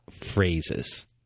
phrases